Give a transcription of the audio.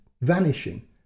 vanishing